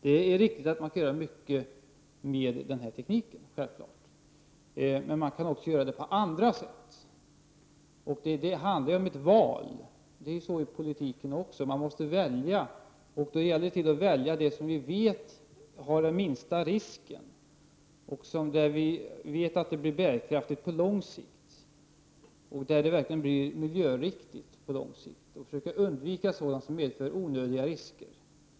Det är ajälvfallet riktigt att man kan göra mycket med denna teknik, men man kan också göra det på andra sätt. Det handlar om ett val. Det är så i politiken också. Man måste välja. Det gäller då att välja det som vi vet innebär den minsta risken och som vi vet blir bärkraftigt och verkligen miljöriktigt på lång sikt. Vi skall försöka undvika sådant som medför onödiga risker.